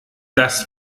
das